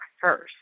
first